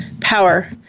power